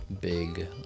big